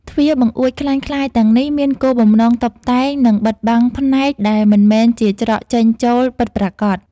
ទ្វារបង្អួចក្លែងក្លាយទាំងនេះមានគោលបំណងតុបតែង និងបិទបាំងផ្នែកដែលមិនមែនជាច្រកចេញចូលពិតប្រាកដ។